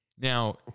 Now